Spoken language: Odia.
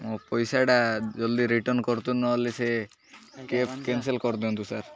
ମୋ ପଇସାଟା ଜଲ୍ଦି ରିଟର୍ଣ୍ଣ କରିଦିଅନ୍ତୁ ନହେଲେ ସେ କ୍ୟାବ କ୍ୟାନ୍ସଲ୍ କରିଦିଅନ୍ତୁ ସାର୍